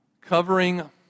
covering